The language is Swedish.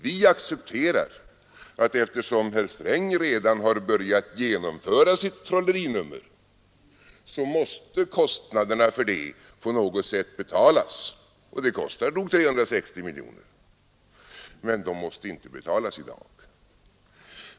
Vi accepterar att eftersom herr Sträng redan har börjat genomföra sitt trollerinummer så måste kostnaderna för det på något sätt betalas — och det kostar nog 360 miljoner — men de måste inte betalas i dag.